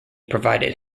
provided